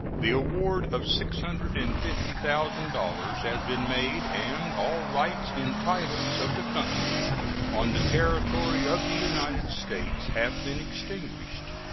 the award of six hundred and fifty thousand dollars has been made and all rights and titles of the company on the territory of the united states have been extinguished.